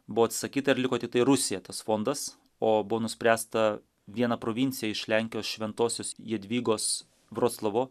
buvo atsakyta ir liko tiktai rusija tas fondas o spręsta vieną provinciją iš lenkijos šventosios jadvygos vroclavo